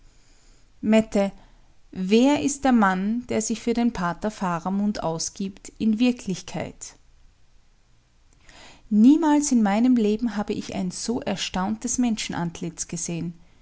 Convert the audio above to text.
mette wer ist der mann der sich für den pater faramund ausgibt in wirklichkeit niemals in meinem leben habe ich ein so erstauntes menschenantlitz gesehen